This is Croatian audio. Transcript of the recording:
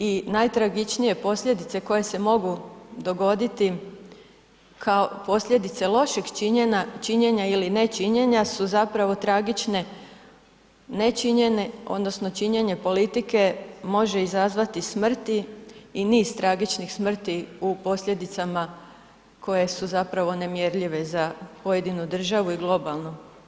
I najtragičnije posljedice koje se mogu dogoditi, posljedice lošeg činjenja ili ne činjenja su zapravo tragične nečinjene odnosno činjene politike može izazvati smrti i niz tragičnih smrti u posljedicama koje su zapravo nemjerljive za pojedinu državu i globalno.